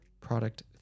product